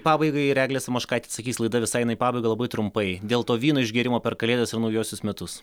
pabaigai ir eglė samoškaitė atsakys laida visai į pabaigą labai trumpai dėl to vyno išgėrimo per kalėdas ir naujuosius metus